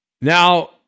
Now